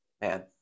man